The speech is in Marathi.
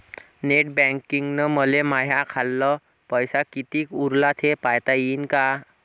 नेट बँकिंगनं मले माह्या खाल्ल पैसा कितीक उरला थे पायता यीन काय?